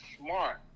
smart